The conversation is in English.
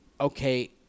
okay